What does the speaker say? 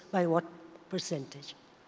by what percentage?